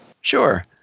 Sure